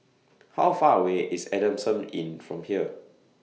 How Far away IS Adamson Inn from here